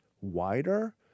wider